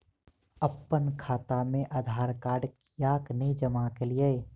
अप्पन खाता मे आधारकार्ड कियाक नै जमा केलियै?